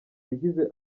yagize